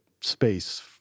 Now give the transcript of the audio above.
space